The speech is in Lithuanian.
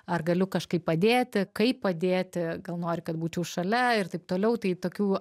ar galiu kažkaip padėti kaip padėti gal nori kad būčiau šalia ir taip toliau tai tokių